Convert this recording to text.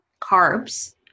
carbs